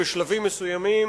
בשלבים מסוימים,